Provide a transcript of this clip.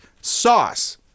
sauce